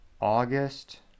August